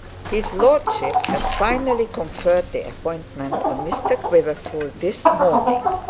his lordship has finally conferred the appointment on mr quiverful this morning